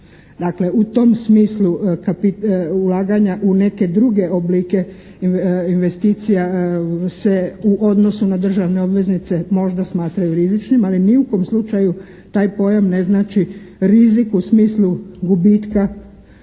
U tom smislu ulaganja u neke druge oblike investicija se u odnosu na državne obveznice možda smatraju rizičnim ali ni u kom slučaju taj pojam ne znači rizik u smislu gubitka